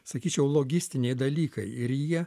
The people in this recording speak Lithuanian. sakyčiau logistiniai dalykai ir jie